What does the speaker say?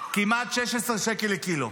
כמעט 16 שקל לקילו,